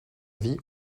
vie